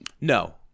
No